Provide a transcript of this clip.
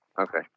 Okay